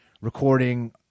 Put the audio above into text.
recording